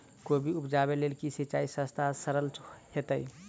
कोबी उपजाबे लेल केँ सिंचाई सस्ता आ सरल हेतइ?